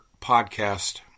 Podcast